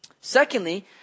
Secondly